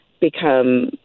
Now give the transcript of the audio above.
become